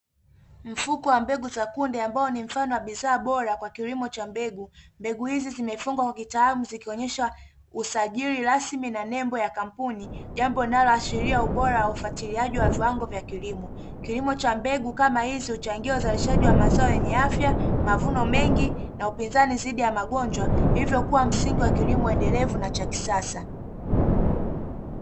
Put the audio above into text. Mfuko wa mbegu za kunde, ambao ni mfano wa bidhaa bora kwa kilimo cha mbegu. Mbegu hizi zimefungwa kwa kitaalamu zikionyesha usajili rasmi na nembo ya kampuni. Jambo linaloashiria ubora wa ufuatiliaji wa viwango vya kilimo. Kilimo cha mbegu kama hizi huchangia uzalishaji wa mazao yenye afya, mavuno mengi na upinzani dhidi ya magonjwa, hivyo kuwa msingi wa kilimo endelevu na cha kisasa.